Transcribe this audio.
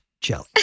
jelly